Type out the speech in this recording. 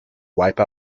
wipe